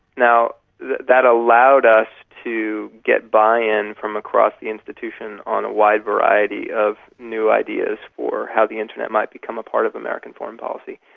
now, that that allowed us to get buy-in from across the institution on a wide variety of new ideas for how the internet might become a part of american foreign policy.